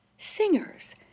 Singers